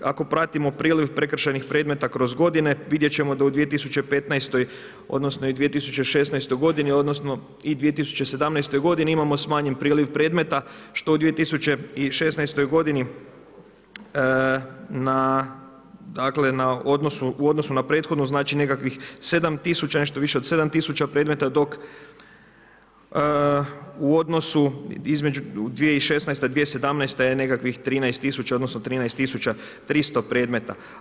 Ako pratimo priljev prekršajnih predmeta kroz godine, vidjet ćemo da u 2015. odnosno i 2016. godini, odnosno i 2017. godini imamo smanjen priliv predmeta, što u 2016. godini u odnosu na prethodnu, znači nekakvih 7000, nešto više od 7000 predmeta, dok u odnosu, 2016./2017. je nekakvih 13 000, odnosno 13 300 predmeta.